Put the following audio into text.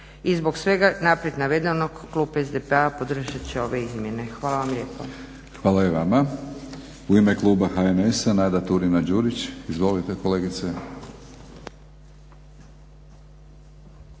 I zbog svega naprijed navedenog klub SDP-a podržat će ove izmjene. Hvala vam lijepo. **Batinić, Milorad (HNS)** Hvala i vama. U ime kluba HNS-a Nada Turina-Đurić. Izvolite kolegice.